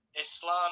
Islam